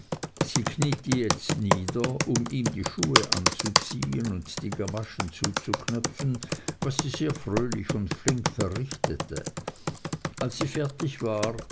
sie kniete jetzt nieder um ihm die schuhe anzuziehen und die gamaschen zuzuknöpfen was sie sehr fröhlich und flink verrichtete als sie fertig war